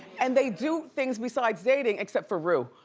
and they do things besides dating except for rue.